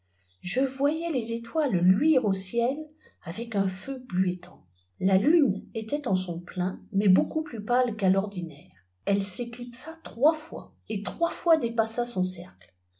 je voyais les étoiles luireau ciel avec un feu bluettant la lune était en son plein mais lieaucoup plus pâle qu'à tprdinaire elle s'éclipsa trois fois et trois fois dépassa son cercle